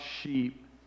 sheep